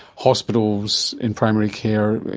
hospitals in primary care,